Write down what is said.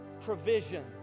provision